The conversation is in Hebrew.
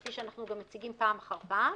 כפי שאנחנו גם מציגים פעם אחר פעם,